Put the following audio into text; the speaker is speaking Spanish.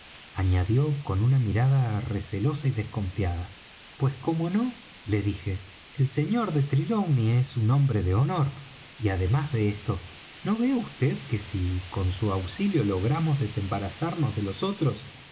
añadió con una mirada recelosa y desconfiada pues cómo no le dije el sr de trelawney es un hombre de honor y además de esto no ve vd que si con su auxilio logramos desembarazarnos de los otros